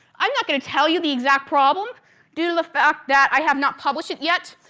i am not going to tell you the exact problem due to the fact that i have not published it, yet.